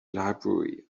library